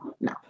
no